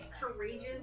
courageous